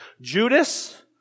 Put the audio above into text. Judas